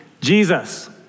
Jesus